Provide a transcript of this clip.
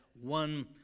one